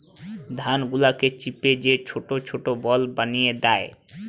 ধান গুলাকে চিপে যে ছোট ছোট বল বানি দ্যায়